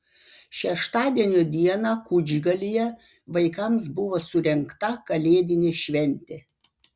šeštadienio dieną kučgalyje vaikams buvo surengta kalėdinė šventė